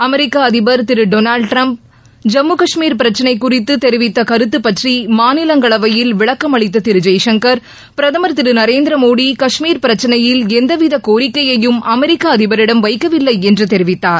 அமெரிக்க அதிபர் திரு Donald Trump Jammu Kashmir பிரச்னை குறித்து தெரிவித்த கருத்து பற்றி மாநிலங்களவையில் விளக்கம் அளித்த திரு ஜெய்சங்கர் பிரதமர் திரு நரேந்திர மோடி கஷ்மீர் பிரச்னையில் எந்தவித கோரிக்கையையும் அமெரிக்க அதிபரிடம் வைக்கவில்லை என்று தெரிவித்தார்